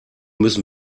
müssen